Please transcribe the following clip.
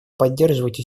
поддержать